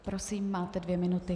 Prosím, máte dvě minuty.